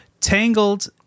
Tangled